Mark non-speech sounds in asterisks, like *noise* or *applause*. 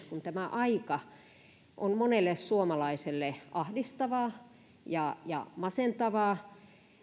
*unintelligible* kun tämä aika on monelle suomalaiselle ahdistavaa ja ja masentavaa